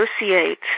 associate